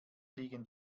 liegen